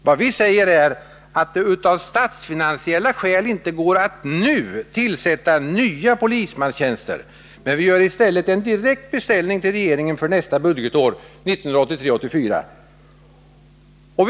Vad vi säger är att det av statsfinansiella skäl inte går att nu tillsätta nya polismanstjänster, men vi gör i stället en direkt beställning till regeringen för nästa budgetår, 1983/84.